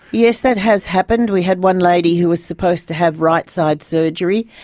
yes, that has happened we had one lady who was supposed to have right-side surgery,